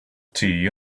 tea